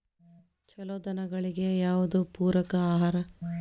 ಛಲೋ ದನಗಳಿಗೆ ಯಾವ್ದು ಪೂರಕ ಆಹಾರ?